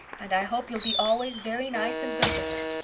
and i hope you'll be always very nice and good to her.